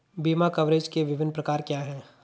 बीमा कवरेज के विभिन्न प्रकार क्या हैं?